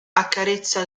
accarezza